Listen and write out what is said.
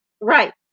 right